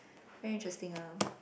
very interesting ah